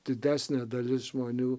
didesnė dalis žmonių